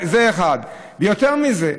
זה, 1. ויותר מזה,